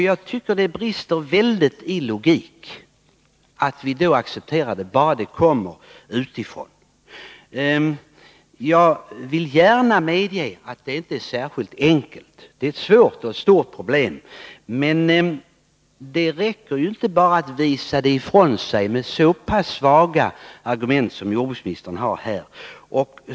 Jag tycker det brister väldigt i logik att vi då accepterade detta, enbart under den förutsättningen att produkterna kommer utifrån. Jag vill gärna medge att detta inte är särskilt enkelt, det är ett svårt och stort problem. Men det räcker inte med att skjuta det ifrån sig med så pass svaga argument som jordbruksministern har.